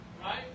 right